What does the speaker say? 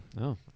No